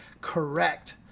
correct